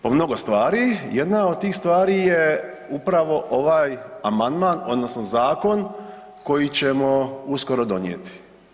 Po mnogo stvari, jedna od tih stvar je upravo ovaj amandman odnosno zakon koji ćemo uskoro donijeti.